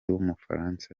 w’umufaransa